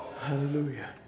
Hallelujah